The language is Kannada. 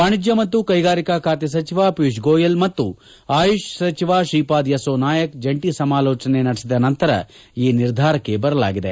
ವಾಣಿಜ್ಯ ಮತ್ತು ಕೈಗಾರಿಕಾ ಖಾತೆ ಸಚಿವ ಪಿಯೂಷ್ ಗೋಯಲ್ ಮತ್ತು ಆಯುಷ್ ಸಚಿವ ಶ್ರೀಪಾದ್ ಯೆಸ್ಸೋ ನಾಯಕ್ ಜಂಟಿ ಸಮಾಲೋಚನೆ ನಡೆಸಿದ ನಂತರ ಈ ನಿರ್ಧಾರಕ್ಕೆ ಬರಲಾಗಿದೆ